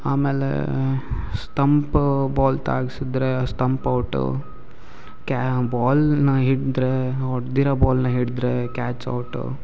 ಆಮೇಲೆ stump ball ತಾಗ್ಸಿದ್ರೆ stump out ಕ್ಯಾ ಬಾಲನ್ನ ಹಿಡಿದ್ರೆ ಹೊಡೆದಿರೋ ಬಾಲನ್ನ ಹಿಡಿದ್ರೆ ಕ್ಯಾಚ್ ಔಟು